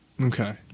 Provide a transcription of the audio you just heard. Okay